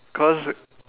cause